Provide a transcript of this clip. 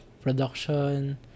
Production